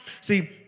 See